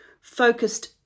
focused